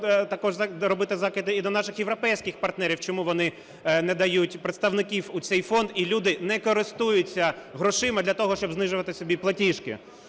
також робити закиди і до наших європейських партнерів, чому вони не дають представників у цей фонд і люди не користуються грошима для того, щоб знижувати собі платіжки.